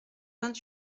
vingt